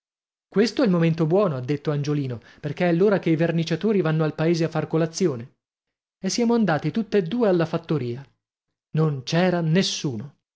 questo è il momento buono ha detto angiolino perché è l'ora che i verniciatori vanno al paese a far colazione e siamo andati tutt'e due alla fattoria non c'era nessuno